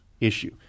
issue